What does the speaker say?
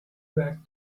back